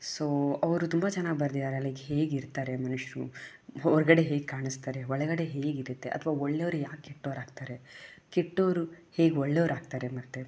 so ಅವರು ತುಂಬ ಚೆನ್ನಾಗಿ ಬರೆದಿದ್ದಾರೆ ಲೈಕ್ ಹೇಗಿರ್ತಾರೆ ಮನುಷ್ಯರು ಹೊರಗಡೆ ಹೇಗೆ ಕಾಣಿಸ್ತಾರೆ ಒಳಗಡೆ ಹೇಗಿರುತ್ತೆ ಅಥವಾ ಒಳ್ಳೆಯವರು ಯಾಕೆ ಕೆಟ್ಟವರಾಗ್ತಾರೆ ಕೆಟ್ಟವರು ಹೇಗೆ ಒಳ್ಳೆಯವರಾಗ್ತಾರೆ ಮತ್ತು